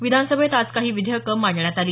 विधानसभेत आज काही विधेयकं मांडण्यात आली